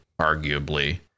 arguably